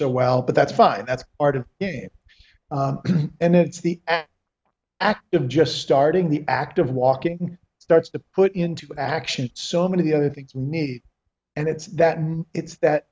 so well but that's fine that's part of it and it's the act of just starting the act of walking starts to put into action so many other things we need and it's that it's that